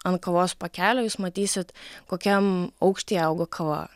ant kavos pakelio jūs matysit kokiam aukštyj augo kava